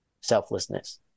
selflessness